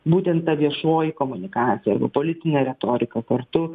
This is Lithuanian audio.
būtent ta viešoji komunikacija jeigu politinė retorika kartu